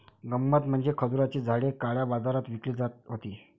गंमत म्हणजे खजुराची झाडे काळ्या बाजारात विकली जात होती